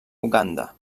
uganda